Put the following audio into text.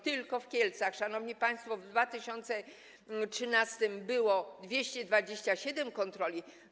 Tylko w Kielcach, szanowni państwo, w 2013 r. było 227 kontroli.